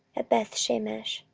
at bethshemesh,